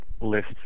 list